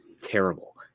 terrible